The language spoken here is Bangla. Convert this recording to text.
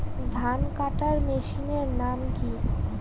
ধান কাটার মেশিনের নাম কি?